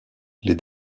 les